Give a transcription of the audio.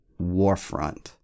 Warfront